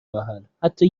محل، حتی